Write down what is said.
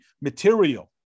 material